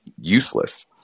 useless